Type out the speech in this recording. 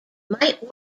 might